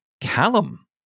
Callum